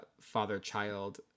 father-child